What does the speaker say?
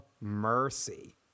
Mercy